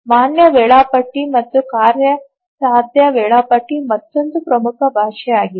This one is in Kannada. ಮಾನ್ಯ ವೇಳಾಪಟ್ಟಿ ಮತ್ತು ಕಾರ್ಯಸಾಧ್ಯ ವೇಳಾಪಟ್ಟಿ ಮತ್ತೊಂದು ಪ್ರಮುಖ ಪರಿಭಾಷೆಯಾಗಿದೆ